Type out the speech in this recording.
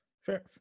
Fair